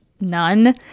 none